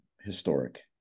historic